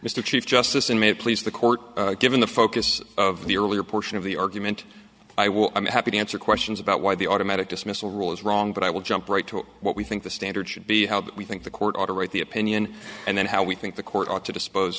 mr chief justice and may it please the court given the focus of the earlier portion of the argument i will i'm happy to answer questions about why the automatic dismissal rule is wrong but i will jump right to what we think the standard should be how we think the court ought to write the opinion and then how we think the court ought to dispose